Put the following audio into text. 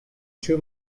too